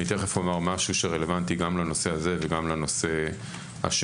אני תיכף אומר משהו שרלוונטי גם לנושא הזה וגם לנושא השני,